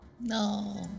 No